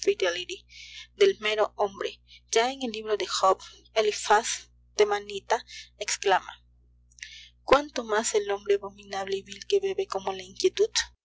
del mero hombre ya en el libro de job eliphaz themanita exclama cuánto más el hombre abominable y vil que bebe como la inquietud